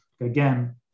Again